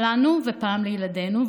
פעם לנו ופעם לילדינו,